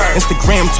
Instagram